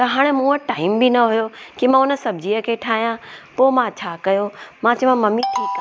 त हाणे मूं वटि टाइम बि न हुयो की मां उन सब्जीअ खे ठाहियां पोइ मां छा कयो मां चयो ममी ठीकु आहे